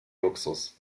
luxus